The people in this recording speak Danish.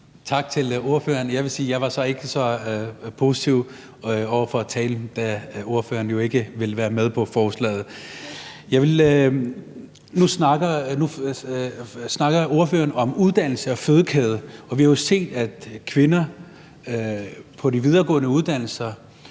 Tak til ordføreren. Jeg vil sige, at jeg ikke var så positiv over for talen, da ordføreren jo ikke vil være med på forslaget. Nu snakker ordføreren om uddannelse og fødekæde, og vi har jo set, at kvinder på de videregående uddannelser